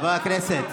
חברי הכנסת,